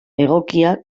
egokia